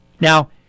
Now